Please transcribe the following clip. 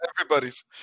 Everybody's